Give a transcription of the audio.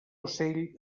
ocell